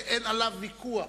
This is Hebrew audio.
שאין עליו ויכוח,